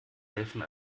helfen